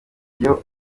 iyo